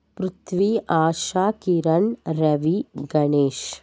Prithvi Asha Kiran Ravi Ganesh